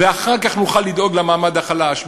ואחר כך נוכל לדאוג למעמד החלש.